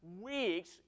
weeks